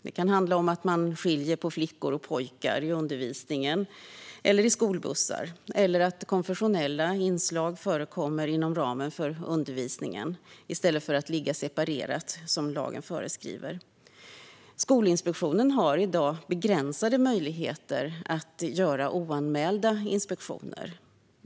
Det kan handla om att skilja på flickor och pojkar i undervisningen eller i skolbussar, eller att konfessionella inslag förekommer inom ramen för undervisningen i stället för att ligga separerat, som lagen föreskriver. Skolinspektionen har i dag begränsade möjligheter att göra oanmälda inspektioner.